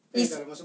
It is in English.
is